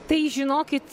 tai žinokit